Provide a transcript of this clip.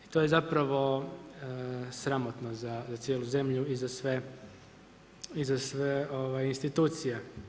I to je zapravo sramotno za cijelu zemlju i za sve institucije.